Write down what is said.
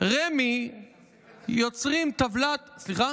רמ"י יוצרים טבלת, סליחה?